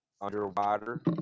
underwater